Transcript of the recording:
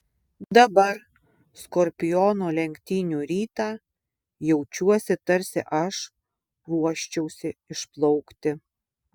dabar skorpiono lenktynių rytą jaučiuosi tarsi aš ruoščiausi išplaukti